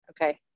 Okay